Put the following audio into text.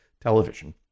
television